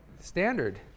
standard